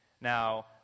Now